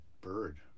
bird